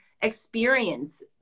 experience